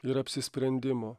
ir apsisprendimo